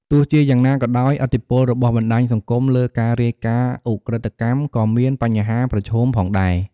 ទោះជាយ៉ាងណាក៏ដោយ ឥទ្ធិពល របស់ បណ្ដាញសង្គម លើ ការរាយការណ៍ឧក្រិដ្ឋកម្ម ក៏មាន បញ្ហាប្រឈម ផងដែរ។